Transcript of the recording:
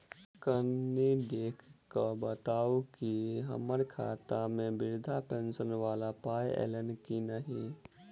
कनि देख कऽ बताऊ न की हम्मर खाता मे वृद्धा पेंशन वला पाई ऐलई आ की नहि?